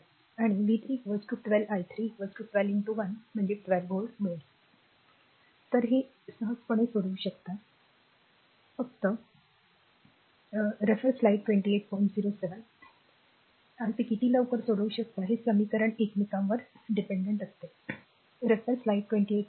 आणि v 3 12 i 3 12 1 12 volt तर हे ते सहजपणे सोडवू शकतात फक्त आहे की ते किती लवकर सोडवू शकते समीकरण एकमेकांमध्ये ठेवणे